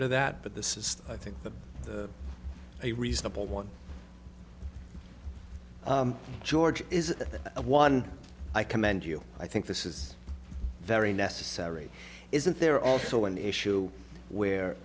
to that but this is i think that a reasonable one george is one i commend you i think this is very necessary isn't there also an issue